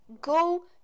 Go